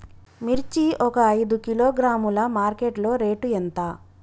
మిర్చి ఒక ఐదు కిలోగ్రాముల మార్కెట్ లో రేటు ఎంత?